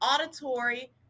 auditory